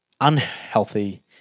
unhealthy